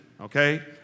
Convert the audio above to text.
okay